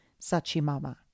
Sachimama